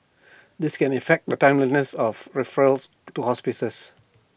this can effect the timeliness of referrals to hospices